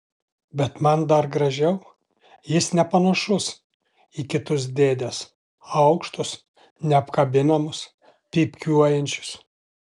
bet man dar gražiau jis nepanašus į kitus dėdes aukštus neapkabinamus pypkiuojančius